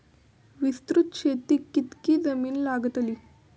विस्तृत शेतीक कितकी जमीन लागतली?